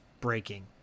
breaking